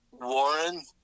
Warren